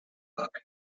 books